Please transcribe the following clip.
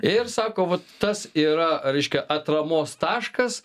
ir sako vat tas yra reiškia atramos taškas